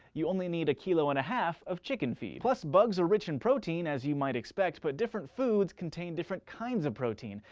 you only need a kilo and a half of chicken feed. plus, bugs are rich in protein, as you might expect, but different foods contain different kinds of protein.